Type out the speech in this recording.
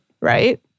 right